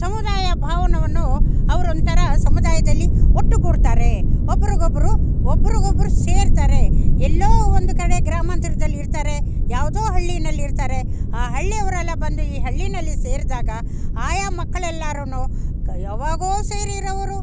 ಸಮುದಾಯ ಭವನವನ್ನು ಅವ್ರೊಂಥರ ಸಮುದಾಯದಲ್ಲಿ ಒಟ್ಟುಗೂಡ್ತಾರೆ ಒಬ್ಬರಿಗೊಬ್ರು ಒಬ್ಬರಿಗೊಬ್ರು ಸೇರ್ತಾರೆ ಎಲ್ಲೋ ಒಂದು ಕಡೆ ಗ್ರಾಮಾಂತರದಲ್ಲಿರ್ತಾರೆ ಯಾವುದೋ ಹಳ್ಳಿಯಲ್ಲಿರ್ತಾರೆ ಆ ಹಳ್ಳಿಯವರೆಲ್ಲ ಬಂದು ಈ ಹಳ್ಳಿಯಲ್ಲಿ ಸೇರಿದಾಗ ಆಯಾ ಮಕ್ಕಳೆಲ್ಲರೂ ಯಾವಾಗೋ ಸೇರಿರೋರು